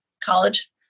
college